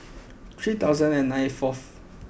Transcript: three thousand and ninety fourth